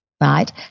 right